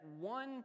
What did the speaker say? one